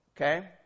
Okay